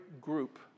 group